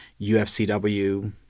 UFCW